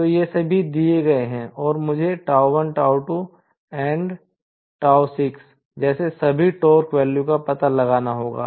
तो ये सभी दिए गए हैं और मुझे जैसे सभी टॉर्क वैल्यू का पता लगाना होगा